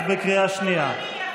את בקריאה שנייה.